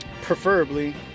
Preferably